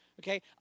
Okay